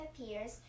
appears